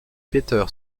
peter